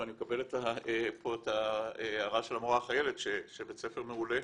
אני מקבל פה את ההערה של המורה החיילת שבית הספר מעולה.